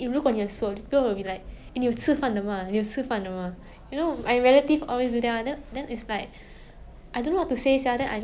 I like very confused as to like where where I'm supposed to be at like where is a good like position for I feel like all these